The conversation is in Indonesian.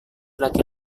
laki